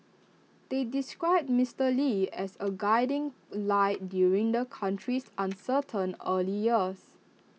they described Mister lee as A guiding light during the country's uncertain early years